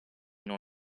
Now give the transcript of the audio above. non